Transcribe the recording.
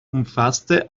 umfasste